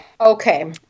Okay